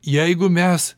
jeigu mes